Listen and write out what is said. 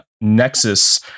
nexus